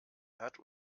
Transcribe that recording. hat